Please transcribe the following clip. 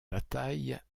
batailles